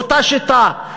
באותה שיטה,